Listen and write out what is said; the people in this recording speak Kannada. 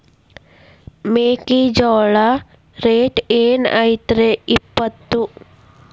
ಮೆಕ್ಕಿಜೋಳ ರೇಟ್ ಏನ್ ಐತ್ರೇ ಇಪ್ಪತ್ತು?